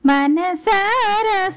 Manasara